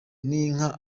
n’inka